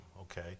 Okay